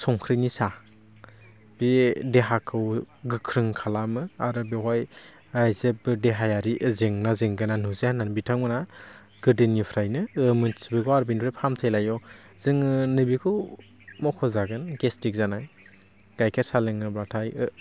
संख्रिनि सा बे देहाखौ गोख्रों खालामो आरो बेवहाय जेबो देहायारि जेंना जेंगोना नुजाया होन्ना बिथांमोनहा गोदोनिफ्रायनो मिथिबोगौ आरो बेनिफ्राय फाहामथाइ लायो जोङो बेखौ मख'जागोन गेस्ट्रिक जानाय गायखेर साहा लोङोबाथाय